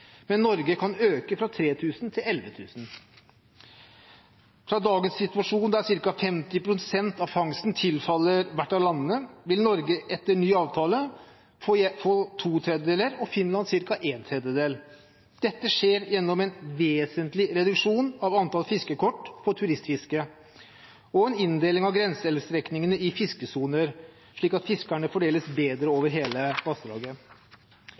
Norge kan øke fra 3 000 til 11 000. Fra dagens situasjon, der ca. 50 pst. av fangsten tilfaller hvert av landene, vil Norge etter ny avtale få to tredjedeler og Finland en tredjedel. Dette skjer gjennom en vesentlig reduksjon av antall fiskekort for turistfiske og en inndeling av grenseelvstrekningen i fiskesoner, slik at fiskerne fordeles bedre over hele vassdraget.